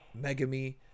Megami